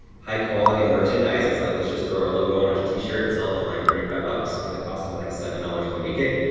high-quality merchandise. it's like, let's just throw our logo on a t-shirt, and sell it for like thirty five bucks, when it cost em like seven dollars to make it.